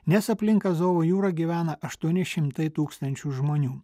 nes aplink azovo jūrą gyvena aštuoni šimtai tūkstančių žmonių